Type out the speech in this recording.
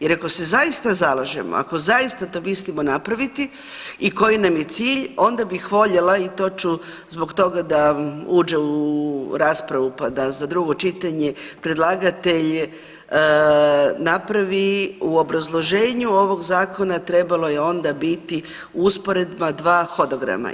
Jer ako se zaista zalažemo, ako zaista to mislimo napraviti i koji nam je cilj onda bih voljela i to ću zbog toga da uđe u raspravu pa da za drugo čitanje predlagatelj napravi u obrazloženju ovog zakona trebalo je onda biti usporedba dva hodograma.